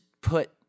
put –